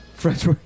French